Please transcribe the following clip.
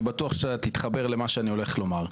אני בטוח שאתה תתחבר למה שאני הולך לומר,